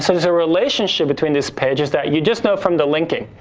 so, there's a relationship between this page is that you just know from the linking.